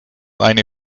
eine